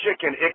Chicken